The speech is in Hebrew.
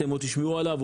אתם עוד תשמעו עליו.